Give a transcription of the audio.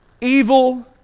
evil